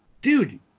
dude